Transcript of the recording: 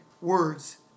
words